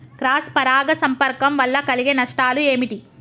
Cross పరాగ సంపర్కం వల్ల కలిగే నష్టాలు ఏమిటి?